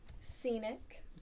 scenic